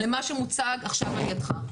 למה שמוצג עכשיו על ידך.